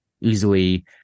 easily